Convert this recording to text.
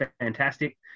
fantastic